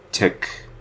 Tick